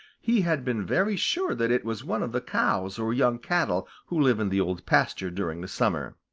he had been very sure that it was one of the cows or young cattle who live in the old pasture during the summer.